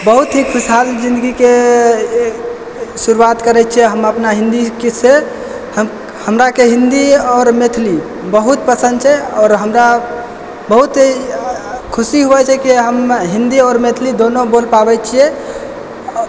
बहुत ही खुशहाल जिन्दगीके शुरुआत करैत छियै हम अपना हिन्दीसे हमराके हिन्दी आओर मैथिली बहुत पसन्द छै आओर हमरा बहुते ख़ुशी होइए छै की हम हिन्दी आओर मैथिली दुनू बोल पाबैत छियै